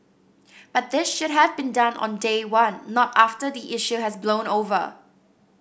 but this should have been done on day one not after the issue has blown over